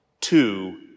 Two